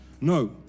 No